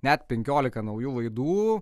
net penkiolika naujų laidų